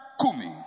kumi